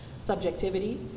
subjectivity